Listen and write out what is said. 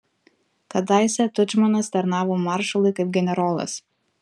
kadaise tudžmanas tarnavo maršalui kaip generolas